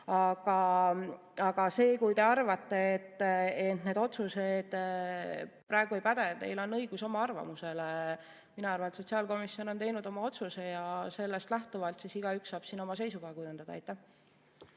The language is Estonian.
Aga see, kui te arvate, et need otsused praegu ei päde – teil on õigus oma arvamusele. Mina arvan, et sotsiaalkomisjon on teinud oma otsuse ja sellest lähtuvalt saab igaüks oma seisukoha kujundada.